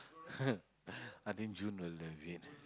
I think June will love it